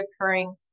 occurring